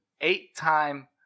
Eight-time